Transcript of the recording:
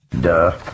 Duh